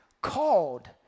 called